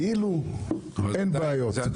כאילו אין בעיות.